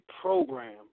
program